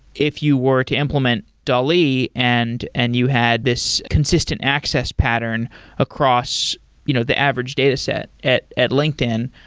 if you were to implement dali and and you had this consistent access pattern across you know the average data set at at linkedin,